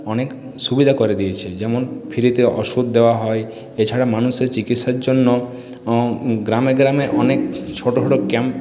অনেক সুবিধা করে দিয়েছে যেমন ফ্রিতে অষুধ দেওয়া হয় এছাড়া মানুষের চিকিৎসার জন্য গ্রামে গ্রামে অনেক ছোটো ছোটো ক্যাম্পেরও